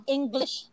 English